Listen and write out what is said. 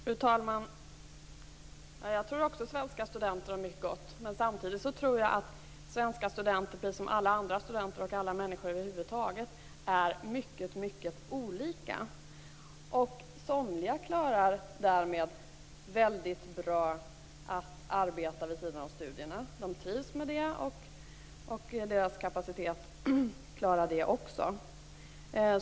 Fru talman! Jag tror också svenska studenter om mycket gott. Men samtidigt tror jag att svenska studenter, precis som alla andra studenter och som alla andra människor över huvud taget, är mycket olika. Somliga klarar väldigt bra att arbeta vid sidan av studierna. De trivs med det och har kapacitet för det.